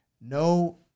no